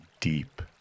deep